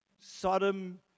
Sodom